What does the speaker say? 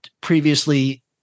previously